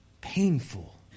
painful